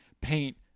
paint